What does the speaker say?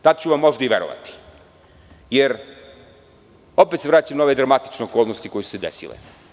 Tada ću vam možda i verovati jer opet se vraćam na ove dramatične okolnosti koje su se desile.